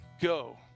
go